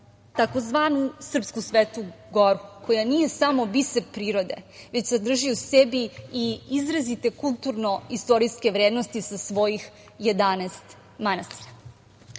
tzv. srpsku Svetu Goru, koja nije samo biser prirode, već sadrži u sebi i izrazite kulturno-istorijske vrednosti sa svojih 11 manastira. Na